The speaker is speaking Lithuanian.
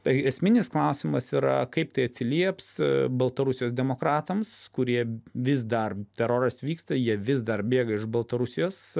tai esminis klausimas yra kaip tai atsilieps baltarusijos demokratams kurie vis dar teroras vyksta jie vis dar bėga iš baltarusijos